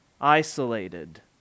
isolated